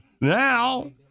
Now